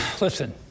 listen